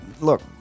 look